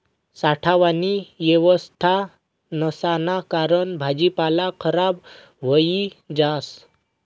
साठावानी येवस्था नसाना कारण भाजीपाला खराब व्हयी जास